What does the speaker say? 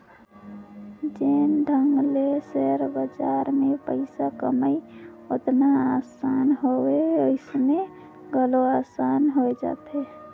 जेन ढंग ले सेयर बजार में पइसा कमई ओतना असान हवे वइसने घलो असान होए जाथे